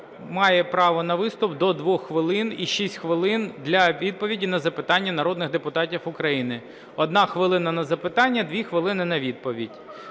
має право на виступ до 2-х хвилин і 6 хвилин для відповіді на запитання народних депутатів України, 1 хвилина – на запитання, 2 хвилини – на відповідь,